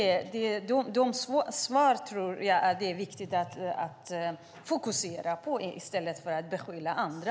Det är viktigt att fokusera på de svaren i stället för att beskylla andra.